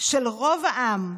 של רוב העם,